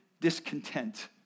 discontent